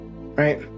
right